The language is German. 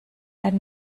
einen